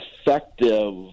effective